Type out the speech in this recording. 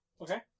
Okay